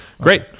Great